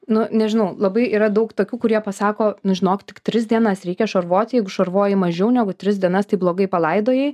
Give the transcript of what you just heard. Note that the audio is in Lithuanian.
nu nežinau labai yra daug tokių kurie pasako nu žinok tik tris dienas reikia šarvoti jeigu šarvoji mažiau negu tris dienas tai blogai palaidojai